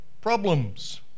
problems